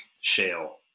shale